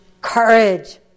courage